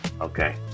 Okay